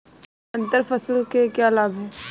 अंतर फसल के क्या लाभ हैं?